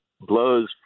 blows